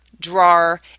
drawer